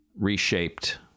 reshaped